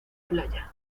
playa